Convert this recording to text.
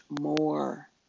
more